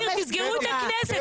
תסגרו את הכנסת.